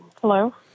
Hello